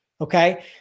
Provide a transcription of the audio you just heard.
Okay